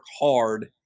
hard